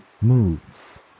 Moves